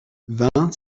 vingt